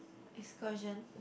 eclosion